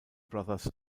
brothers